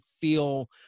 feel